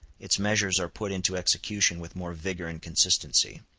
its measures are put into execution with more vigor and consistency.